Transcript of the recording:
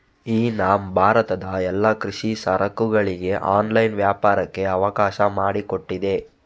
E NAM ಭಾರತದ ಎಲ್ಲಾ ಕೃಷಿ ಸರಕುಗಳಿಗೆ ಆನ್ಲೈನ್ ವ್ಯಾಪಾರಕ್ಕೆ ಅವಕಾಶ ಮಾಡಿಕೊಟ್ಟಿದೆ